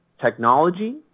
technology